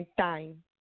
time